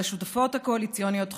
והשותפות הקואליציוניות חוגגות.